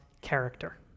character